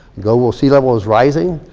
global sea-level is rising.